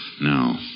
No